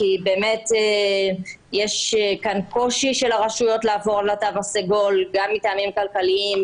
כי באמת יש כאן קושי של הרשויות לעבור לתו הסגול גם מטעמים כלכליים,